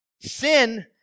Sin